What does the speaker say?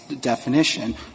definition